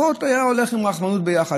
אחות הייתה הולכת עם רחמנות ביחד,